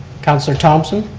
councilor thomson.